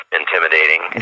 intimidating